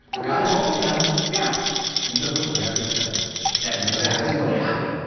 a guy called a guy yeah and said, listen i got this thing that is exactly what happened.